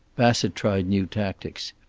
bassett tried new tactics.